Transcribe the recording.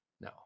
No